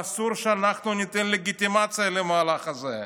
ואסור שאנחנו ניתן לגיטימציה למהלך הזה.